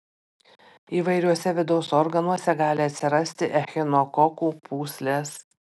įvairiuose vidaus organuose gali atsirasti echinokokų pūslės